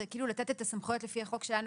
זה כאילו לתת את הסמכויות לפי החוק שלנו,